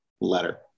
letter